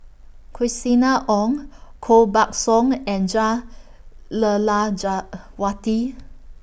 Christina Ong Koh Buck Song and Jah